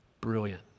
Brilliant